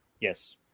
Yes